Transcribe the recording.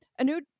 Anu